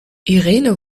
irene